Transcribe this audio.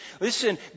Listen